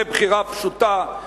זו בחירה פשוטה,